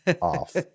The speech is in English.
off